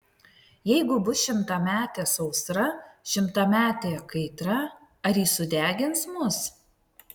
jeigu bus šimtametė sausra šimtametė kaitra ar ji sudegins mus